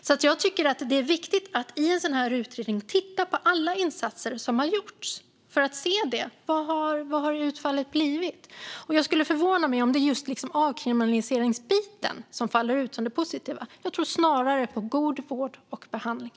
I en utredning är det viktigt att titta på alla insatser som har gjorts för att se vad utfallet har blivit. Det skulle förvåna mig om det just är avkriminaliseringen som sticker ut som något positivt. Jag tror snarare på god vård och behandling.